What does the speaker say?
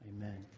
Amen